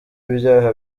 ibyaha